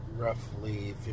Roughly